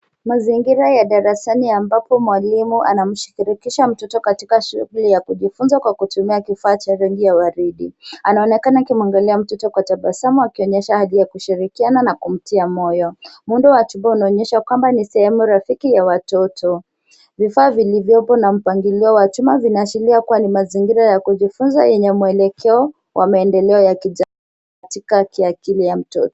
Mzingira ya darasani ambapo mwalimu anamshirikisha mtoto katika shughuli ya kujifunza kwa kutumia kifaa cha rangi ya waridi. Anaonekana akimwangalia mtoto kwa tabasamu akionyesha hali ya kushirikiana na kumtia moyo. Muundo wa chumba unaonyesha kuwa ni sehemu rafiki ya watoto. Vifaa vilivyopo na mpangilio wa chumba vinaashiria kuwa ni mazingira ya kujifunza yenye mwelekeo wa maendeleo ya kijamii katika akili ya mtoto.